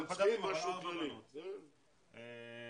לא,